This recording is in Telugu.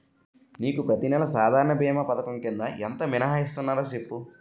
నీకు ప్రతి నెల సాధారణ భీమా పధకం కింద ఎంత మినహాయిస్తన్నారో సెప్పు